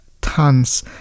tons